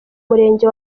murenge